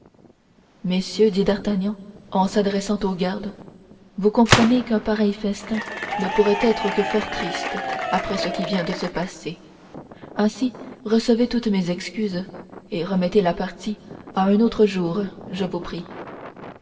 messieurs dit d'artagnan en s'adressant aux gardes vous comprenez qu'un pareil festin ne pourrait être que fort triste après ce qui vient de se passer ainsi recevez toutes mes excuses et remettez la partie à un autre jour je vous prie